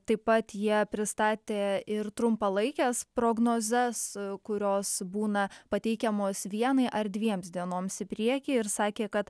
taip pat jie pristatė ir trumpalaikes prognozes kurios būna pateikiamos vienai ar dviems dienoms į priekį ir sakė kad